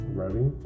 ready